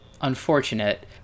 unfortunate